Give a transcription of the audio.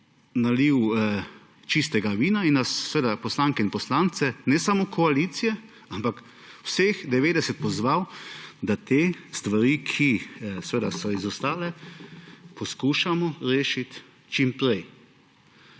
nalil čistega vina in nas, poslanke in poslance, ne samo koalicije, ampak vseh 90, pozval, da te stvari, ki so izostale, poskušamo rešiti čim prej.